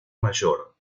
mayor